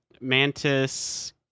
Mantis